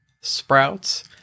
sprouts